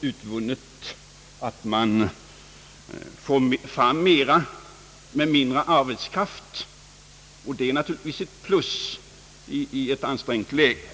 utvunnit det, att man får fram mera med mindre arbetskraft, och det är naturligtvis ett plus i ett ansträngt läge.